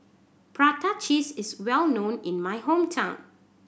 prata cheese is well known in my hometown